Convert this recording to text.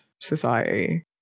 society